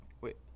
wait